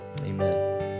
Amen